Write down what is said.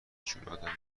جورآدمیه